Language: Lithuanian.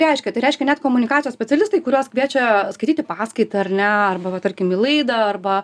reiškia tai reiškia net komunikacijos specialistai kuriuos kviečia skaityti paskaitą ar ne arba va tarkim į laidą arba